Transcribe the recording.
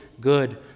good